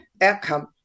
outcome